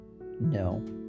No